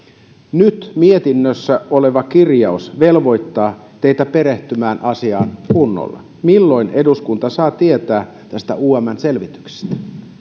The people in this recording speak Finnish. nyt mietinnössä oleva kirjaus velvoittaa teitä perehtymään asiaan kunnolla milloin eduskunta saa tietää tästä umn selvityksestä